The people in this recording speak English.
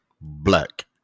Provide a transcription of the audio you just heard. black